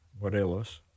Morelos